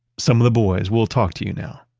some of the boys will talk to you now.